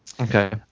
Okay